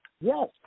Yes